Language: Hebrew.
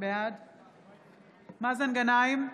בעד מאזן גנאים,